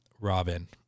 Robin